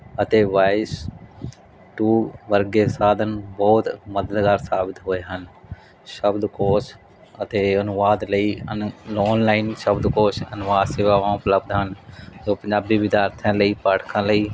ਅਤੇ ਵਾਈਸ ਟੂ ਵਰਗੇ ਸਾਧਨ ਬਹੁਤ ਮਦਦਗਾਰ ਸਾਬਿਤ ਹੋਏ ਹਨ ਸ਼ਬਦ ਕੋਸ ਅਤੇ ਅਨੁਵਾਦ ਲਈ ਅਨ ਔਨਲਾਈਨ ਸ਼ਬਦਕੋਸ਼ ਅਨੁਵਾਰ ਸੇਵਾਵਾਂ ਉਪਲਬਧ ਹਨ ਸੋ ਪੰਜਾਬੀ ਵਿਚਾਰਤਾ ਲਈ ਪਾਠਕਾਂ ਲਈ